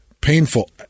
painful